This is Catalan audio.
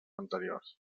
anteriors